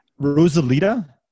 Rosalita